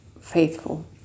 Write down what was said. faithful